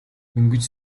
дөнгөж